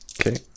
Okay